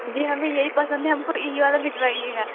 जी हमें यही पसंद है हमको यही वाला भिजवाइएगा